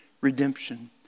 redemption